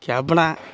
ಕಬ್ಣ